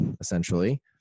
essentially